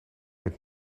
het